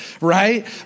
right